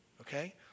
okay